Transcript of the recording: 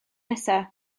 nesaf